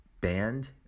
band